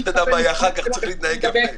רק תראו לי את התורמים בעין.